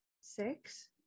Six